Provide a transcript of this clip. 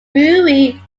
brewery